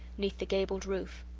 neath the gabled roof.